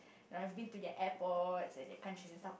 I have been to their airport and the country